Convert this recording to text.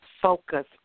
focus